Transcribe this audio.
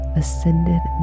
ascended